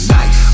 Nice